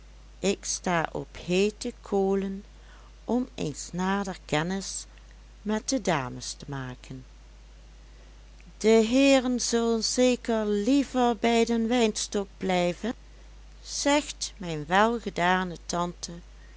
ik sta op heete kolen om eens nader kennis met de dames te maken de heeren zullen zeker liever bij den wijnstok blijven zegt mijn welgedane tante